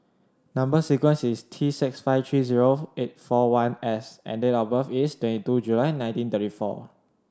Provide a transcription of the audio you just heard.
number sequence is T six five three zero eight four one S and date of birth is twenty two July nineteen thirty four